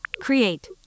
Create